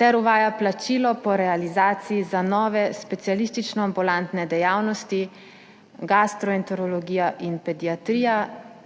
ter uvaja plačilo po realizaciji za nove specialistično-ambulantne dejavnosti – gastroenterologija in pediatrija,